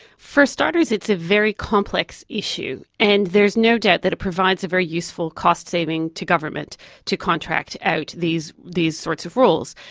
for starters it's a very complex issue and there is no doubt that it provides a very useful cost saving to governments to contract out these these sorts of roles.